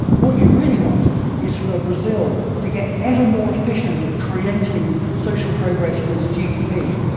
what you really want is for brazil to get ever more efficient at creating social progress from its gdp,